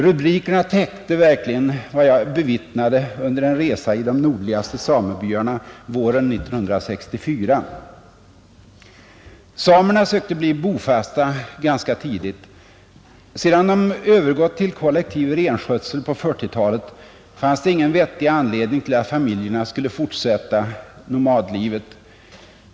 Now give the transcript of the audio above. Rubrikerna täckte verkligen vad jag bevittnade under en resa i de nordligaste samebyarna våren 1964, Samerna sökte ganska tidigt bli bofasta. Sedan de övergått till kollektiv renskötsel på 1940-talet fanns det ingen vettig anledning till att familjerna skulle fortsätta nomadlivet.